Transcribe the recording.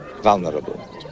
vulnerable